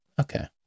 okay